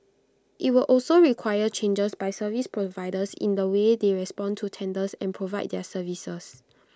IT will also require changes by service providers in the way they respond to tenders and provide their services